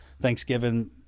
Thanksgiving